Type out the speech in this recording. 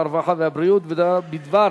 הרווחה והבריאות בדבר